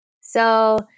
So-